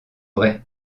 vraie